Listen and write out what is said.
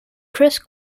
chris